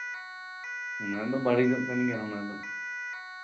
ᱟᱱᱟᱫᱚ ᱵᱟᱹᱲᱤᱡᱚᱜ ᱠᱟᱱ ᱜᱮᱭᱟ ᱚᱱᱟᱫᱚ